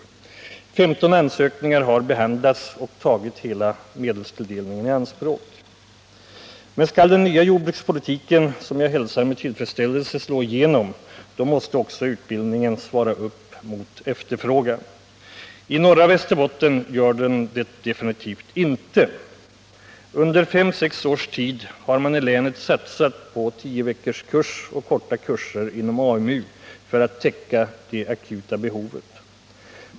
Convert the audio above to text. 15 ansökningar har behandlats och tagit hela medelstilldelningen i anspråk. Men skall den nya jordbrukspolitiken — som jag hälsar med tillfredsställelse — slå igenom, då måste också utbildningen svara mot efterfrågan. I norra Västerbotten gör den det definitivt inte. Under fem sex års tid har man i länet satsat på 10-veckorskurs och korta kurser inom AMU för att täcka det akuta behovet.